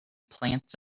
plants